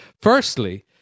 firstly